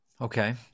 Okay